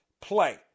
play